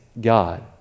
God